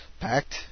packed